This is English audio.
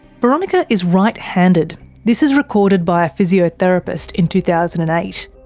boronika is right-handed this is recorded by a physiotherapist in two thousand and eight.